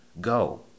Go